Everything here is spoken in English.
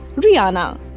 Rihanna